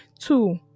two